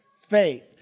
faith